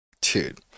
Dude